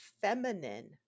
feminine